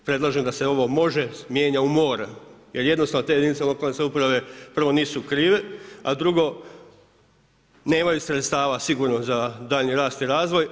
Predlažem da se ovo može mijenja u mora jer jednostavno te jedinice lokalne samouprave prvo nisu krive, a drugo nemaju sredstava sigurno za daljnji rast i razvoj.